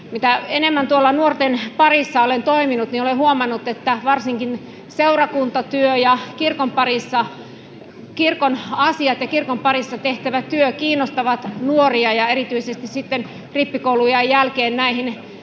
Mitä enemmän tuolla nuorten parissa olen toiminut, sitä enemmän olen huomannut, että varsinkin seurakuntatyö ja kirkon asiat ja kirkon parissa tehtävä työ kiinnostavat nuoria ja erityisesti sitten rippikouluiän jälkeen näihin